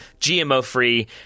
GMO-free